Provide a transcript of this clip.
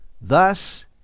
Thus